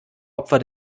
opfer